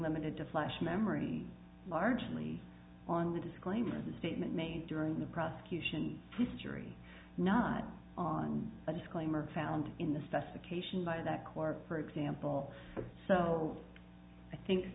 limited to flash memory largely on the disclaimer of the statement made during the prosecution history not on a disclaimer found in the specification by that car for example so i think